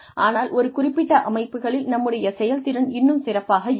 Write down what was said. ஆனால் ஒரு குறிப்பிட்ட அமைப்புகளில் நம்முடைய செயல்திறன் இன்னும் சிறப்பாக இருக்கும்